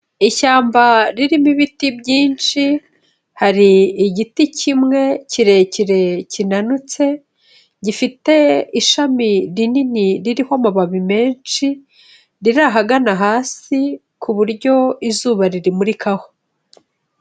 Ishyamba ririmo ibiti byinshi, hari igiti kimwe kirekire kinanutse, gifite ishami rinini ririho amababi menshi, riri ahagana hasi ku buryo izuba ririmurikaho.